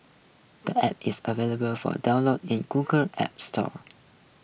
the App is available for download in Google's App Store